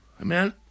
Amen